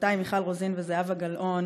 וחברותי מיכל רוזין וזהבה גלאון